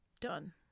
Done